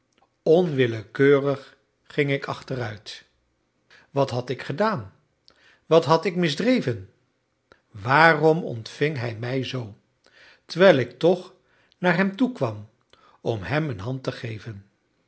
onwillekeurig ging ik achteruit wat had ik gedaan wat had ik misdreven waarom ontving hij mij zoo terwijl ik toch naar hem toe kwam om hem een hand te geven